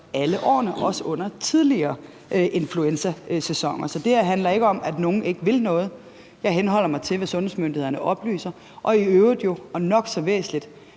alle årene, også under tidligere influenzasæsoner. Så det her handler ikke om, at nogen ikke vil noget. Jeg henholder mig til, hvad sundhedsmyndighederne oplyser. Og i øvrigt vil jeg sige,